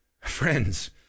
Friends